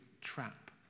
trap